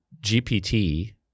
GPT